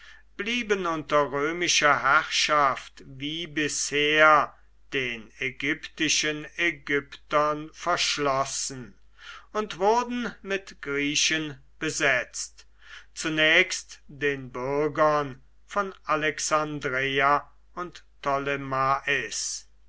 blieben unter römischer herrschaft wie bisher den ägyptischen ägyptern verschlossen und wurden mit griechen besetzt zunächst den bürgern von alexandreia und